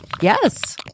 Yes